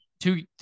Two